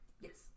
Yes